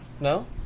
no